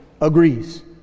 agrees